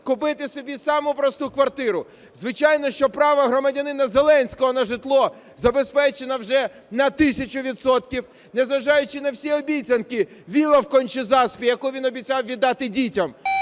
купити собі саму просту квартиру. Звичайно, що право громадянина Зеленського на житло забезпечено вже на тисячу відсотків, незважаючи на всі обіцянки. Вілла в Кончі-Заспі, яку він обіцяв віддати дітям,